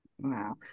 Wow